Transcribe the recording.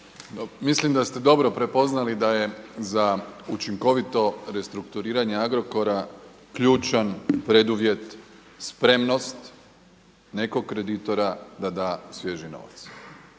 Mislim da ste dobro prepoznali da je za učinkovito restrukturiranje Agrokora ključan preduvjet spremnost nekog kreditora da da svježi novac.